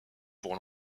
pour